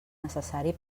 necessari